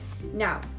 now